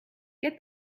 get